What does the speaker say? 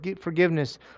forgiveness